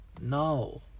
No